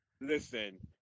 Listen